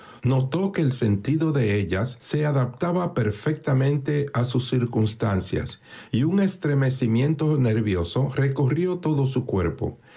notó que el sentido de ellas los h se adaptaba perfectamente a sus propias circuns jjj ejtancias y un estremecimiento nervioso recorrió todo su cuerpo